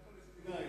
מדינה פלסטינית.